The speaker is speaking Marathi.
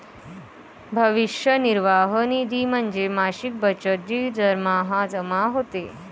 भविष्य निर्वाह निधी म्हणजे मासिक बचत जी दरमहा जमा होते